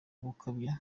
gukabya